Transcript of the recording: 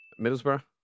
Middlesbrough